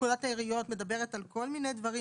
פקודת העיריות מדברת על כל מיני דברים,